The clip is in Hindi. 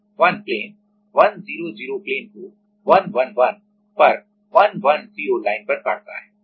तो 111 प्लेन 100 प्लेन को 111 पर 110 लाइन पर काटता है